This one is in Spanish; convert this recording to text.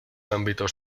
ámbitos